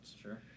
Sure